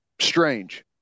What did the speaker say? strange